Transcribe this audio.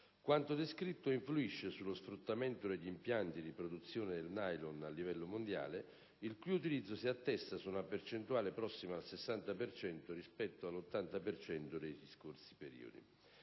Quanto descritto influisce sullo sfruttamento degli impianti di produzione del nylon a livello mondiale, il cui utilizzo si attesta su una percentuale prossima al 60 per cento rispetto all'80 per cento degli scorsi periodi.